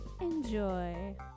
Enjoy